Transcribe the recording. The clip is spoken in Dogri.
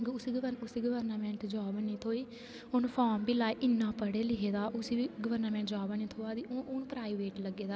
उसी गवर्नामेंट जाॅव है नी थ्होई उंहे फार्म बी लाए दा इना पढे़ लिखे दा उसी बी गवर्नामेंट जाॅव है नी थ्होआ दी हून ओह् प्राईवेट लग्गे दा ते इक